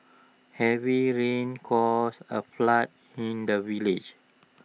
heavy rains caused A flood in the village